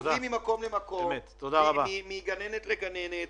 ממקום למקום, מגננת לגננת.